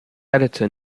editor